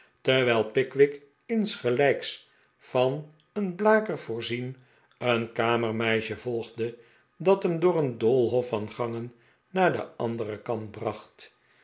terwijl pickwick insgelijks van een blaker voor zien een kamermeisje volgde dat hem door een doolhof van gangen naar den anderen kant bracht